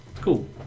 Cool